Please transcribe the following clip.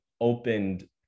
opened